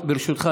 ברשותך,